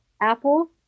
Apple